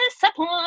disappoint